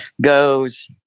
goes